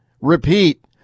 repeat